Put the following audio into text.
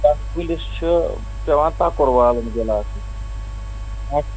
تَتھ کُلِس چھِ پٮ۪وان تَکُر والُن گِلاسہٕ